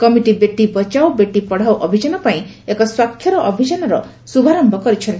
committee Beti Bachao Beti Padhao ଅଭିଯାନ ପାଇଁ ଏକ ସ୍ୱାକ୍ଷର ଅଭିଯାନର ଶୁଭାରମ୍ଭ କରିଛନ୍ତି